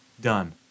done